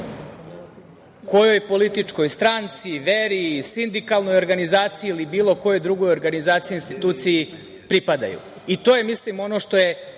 kojoj političkoj stranci, veri, sindikalnoj organizaciji ili bilo kojoj drugoj organizaciji, instituciji pripadaju. To je ono što je